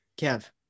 Kev